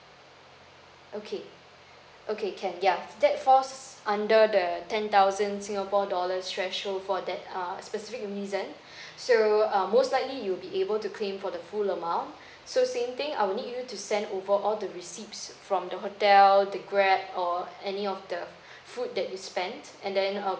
okay okay can yeah that falls under the ten thousand singapore dollars threshold for that err specific reason so uh most likely you'll be able to claim for the full amount so same thing I will need you to send over all the receipts from the hotel the grab or any of the food that you spent and then uh